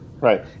Right